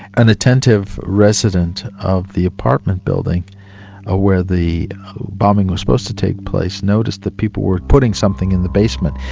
an attentive resident of the apartment building ah where the bombing was supposed to take place noticed that people were putting something in the basement.